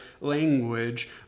language